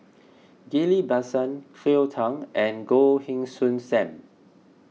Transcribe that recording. Ghillie Basan Cleo Thang and Goh Heng Soon Sam